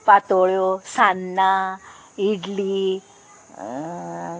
पातोळ्यो सान्नां इडली